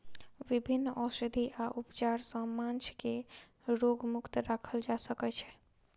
विभिन्न औषधि आ उपचार सॅ माँछ के रोग मुक्त राखल जा सकै छै